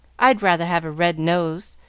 i'd rather have a red nose